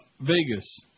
Vegas